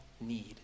need